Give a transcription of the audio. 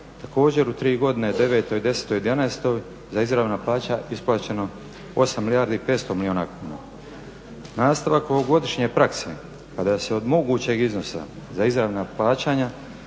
također u tri godine '09., '10. i '11. za izravna plaćanja isplaćeno 8 milijardi i 500 milijuna kuna. Nastavak ovogodišnje prakse kada se od mogućeg iznosa za izravna plaćanja